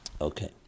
Okay